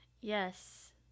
Yes